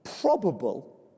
probable